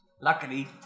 Luckily